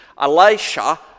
Elisha